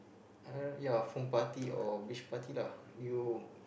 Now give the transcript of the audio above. uh ya foam party or beach party lah you